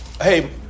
hey